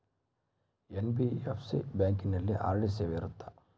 NBFC ಬ್ಯಾಂಕಿನಲ್ಲಿ RD ಸೇವೆ ಇರುತ್ತಾ?